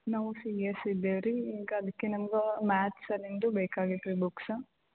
ನಾವು C S ಇದ್ದೇವೆ ರೀ ಈಗ ಅದಕ್ಕೆ ನಮ್ಗೆ ಮ್ಯಾತ್ಸಲಿಂದು ಬೇಕಾಗಿತ್ತು ರೀ ಬುಕ್ಸ